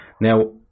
Now